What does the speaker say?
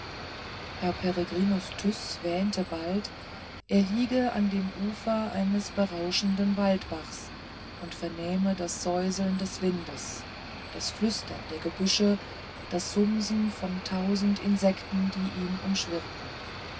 herr peregrinus tyß wähnte bald er liege an dem ufer eines rauschenden waldbachs und vernehme das säuseln des windes das flüstern der gebüsche das sumsen von tausend insekten die ihn umschwirrten